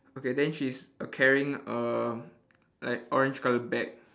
okay then she's carrying a like orange coloured bag